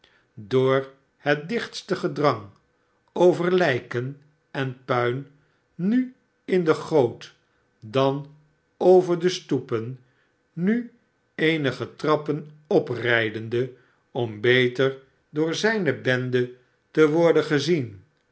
door hetdichtste gedrang over lijken en puin nu in de goot dan over de stoepen nu eenige trappen oprijdende om beter door zijne bende te worden gezien